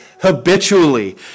habitually